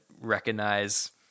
recognize